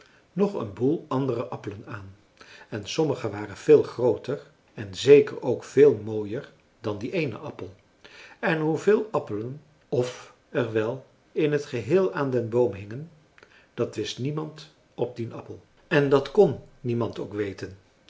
nog een boel andere appelen aan en sommige waren veel grooter en zeker ook veel mooier dan die eene appel en hoeveel appelen of er wel in het geheel aan den boom hingen dat wist niemand op dien appel en dat kon niemand ook weten